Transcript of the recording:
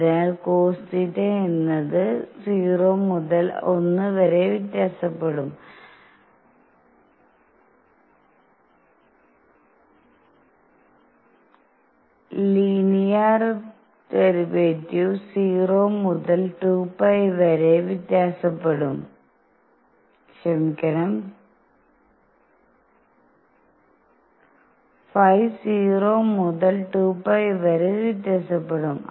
അതിനാൽ cosθ എന്നത് 0 മുതൽ 1 വരെ വ്യത്യാസപ്പെടും ϕ 0 മുതൽ 2 π വരെ വ്യത്യാസപ്പെടും